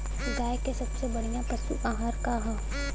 गाय के सबसे बढ़िया पशु आहार का ह?